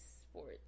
sports